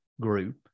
group